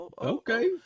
okay